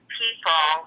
people